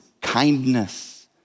kindness